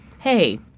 hey